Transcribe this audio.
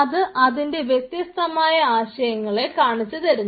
അത് അതിന്റെ വ്യത്യസ്തമായ ആശയങ്ങളെ കാണിച്ചുതരുന്നു